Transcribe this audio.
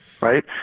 Right